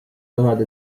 tahad